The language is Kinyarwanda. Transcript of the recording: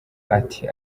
ati